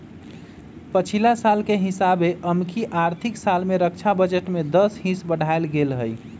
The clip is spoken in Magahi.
पछिला साल के हिसाबे एमकि आर्थिक साल में रक्षा बजट में दस हिस बढ़ायल गेल हइ